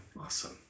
Awesome